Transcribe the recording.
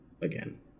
again